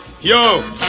yo